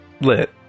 lit